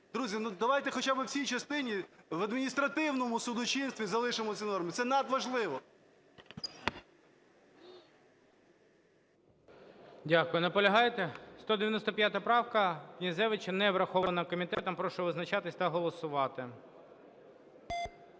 Друзі, давайте хоча би в цій частині в адміністративному судочинстві залишимо цю норму. Це надважливо. ГОЛОВУЮЧИЙ. Дякую. Наполягаєте? 195 правка Князевича не врахована комітетом. Прошу визначатись та голосувати.